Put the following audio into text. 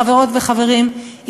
חברות וחברים,